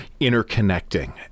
interconnecting